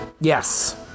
Yes